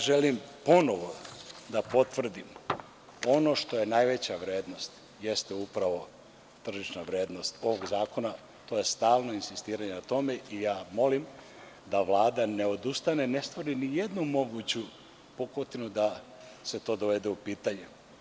Želim ponovo da potvrdim, ono što je najveća vrednost jeste upravo tržišna vrednost ovog zakona, to je stalno insistiranje na tome i molim da Vlada ne odustane, ne stvori nijednu moguću pukotinu da se to dovede u pitanje.